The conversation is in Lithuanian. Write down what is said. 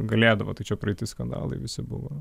galėdavo tai čia praeiti skandalai visi buvo